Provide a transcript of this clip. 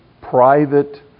private